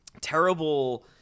terrible